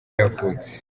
yavutse